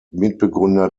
mitbegründer